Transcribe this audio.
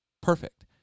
perfect